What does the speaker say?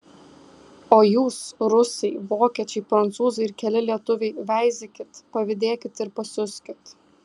o jūs rusai vokiečiai prancūzai ir keli lietuviai veizėkit pavydėkit ir pasiuskit